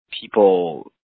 people